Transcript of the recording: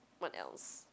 what else